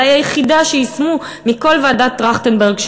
אולי היחידה שיישמו מכל המלצות ועדת טרכטנברג.